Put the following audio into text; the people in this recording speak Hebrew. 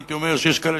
הייתי אומר שיש כאלה,